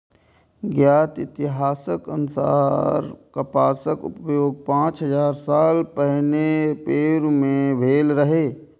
ज्ञात इतिहासक अनुसार कपासक उपयोग पांच हजार साल पहिने पेरु मे भेल रहै